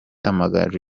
amagaju